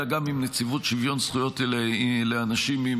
אלא גם עם נציבות שוויון זכויות לאנשים עם